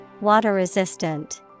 Water-resistant